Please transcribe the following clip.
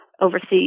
overseas